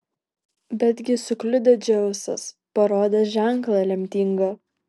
betgi sukliudė dzeusas parodęs ženklą lemtingą